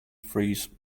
freeze